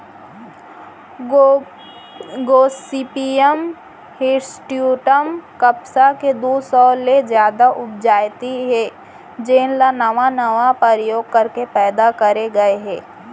Gossypium hirsutum कपसा के दू सौ ले जादा उपजाति हे जेन ल नावा नावा परयोग करके पैदा करे गए हे